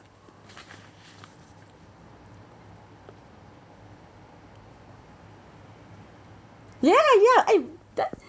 ya ya ya I